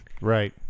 Right